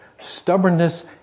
stubbornness